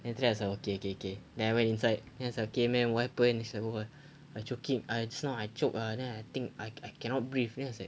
then after that I was like K K K then I went inside then I was like okay madam what happened she's like oh I choking I just now I choke ah then I think I I cannot breathe then I was like